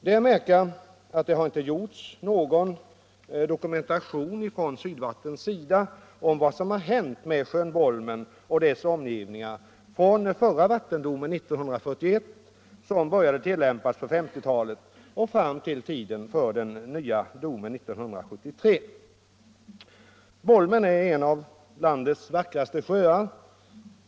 Det är att märka att det inte har gjorts någon dokumentation från Sydvattens sida om vad som har hänt med sjön Bolmen och dess omgivningar från förra vattendomen 1941, som började tillämpas på 1950 talet, och fram till tiden för den nya domen 1973. Bolmen är en av landets vackraste sjöar.